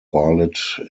valid